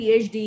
PhD